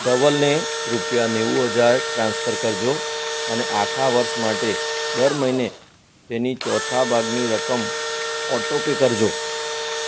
ધવલને રૂપિયા નેવું હજાર ટ્રાન્સફર કરજો અને આખા વર્ષ માટે દર મહિને તેની ચોથા ભાગની રકમ ઓટો પે કરજો